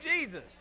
Jesus